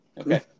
Okay